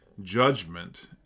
judgment